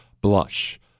blush